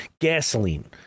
gasoline